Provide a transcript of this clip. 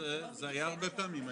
זאת מהות החוק.